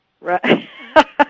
Right